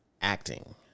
acting